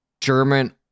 German